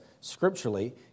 scripturally